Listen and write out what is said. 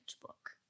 book